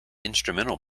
instrumental